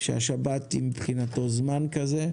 שהשבת היא מבחינתו זמן כזה.